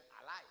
alive